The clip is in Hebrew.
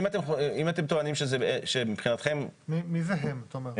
אם אתם טוענים שמבחינתכם --- מי זה "הם", תומר?